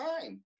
time